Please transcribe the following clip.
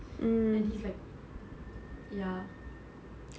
and he's like ya